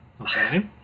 Okay